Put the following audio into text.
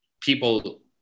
people